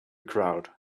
crowd